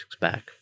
back